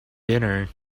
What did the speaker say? dinner